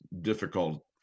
difficult